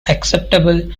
acceptable